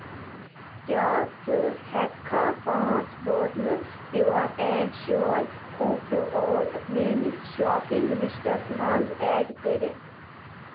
کیٛاہ ژٕ ہٮ۪کٕکھا پانٛژھ بوتلہٕ پیٛوٗوَر اینٛڈ شوٗوَر کھوٗپرٕ اوٹ میٛٲنِس شاپنٛگ لِسٹَس منٛز ایٚڈ کٔرِتھ